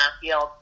field